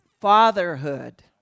Fatherhood